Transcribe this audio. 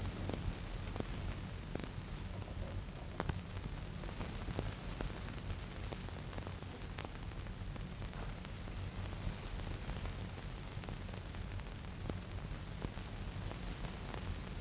from